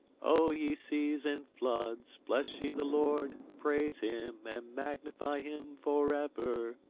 o ye seas and floods, bless ye the lord praise him, and magnify him for ever!